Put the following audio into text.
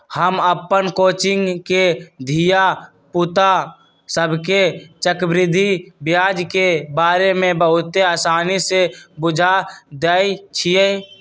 हम अप्पन कोचिंग के धिया पुता सभके चक्रवृद्धि ब्याज के बारे में बहुते आसानी से बुझा देइछियइ